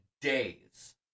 days